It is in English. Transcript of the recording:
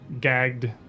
gagged